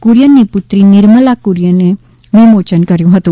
કુરિયનની પુત્રી નિર્મલા કુરીયને વિમોયન કર્યુ હતું